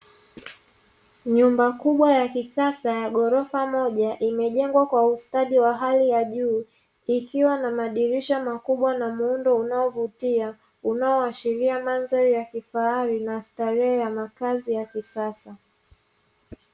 Nyumba kubwa ya kisasa ya ghorofa moja imejengwa kwa ustadi wa hali ya juu, ikiwa na madirisha makubwa na muundo unaovutia, unaoashiria mandhari ya kifahari na starehe ya makazi ya kisasa.